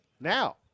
Now